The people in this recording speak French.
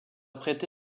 prêté